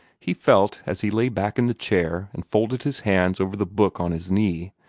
he felt, as he lay back in the chair, and folded his hands over the book on his knee,